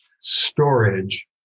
storage